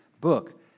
book